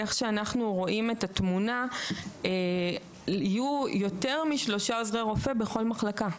כמו שאנחנו רואים את התמונה יהיו יותר משלושה עוזרי רופא בכל מחלקה.